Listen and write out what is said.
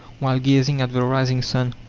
while gazing at the rising sun,